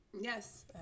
Yes